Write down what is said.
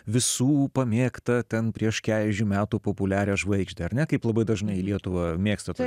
visų pamėgtą tam prieš keturiasdešimt metų populiarią žvaigždę ar ne kaip labai dažnai lietuvoje mėgstate